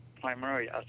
Primary